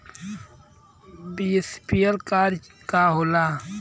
BSNL के recharge कैसे होयी?